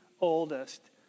oldest